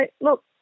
look